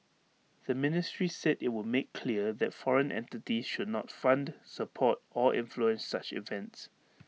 the ministry said IT would make clear that foreign entities should not fund support or influence such events